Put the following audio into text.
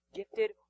gifted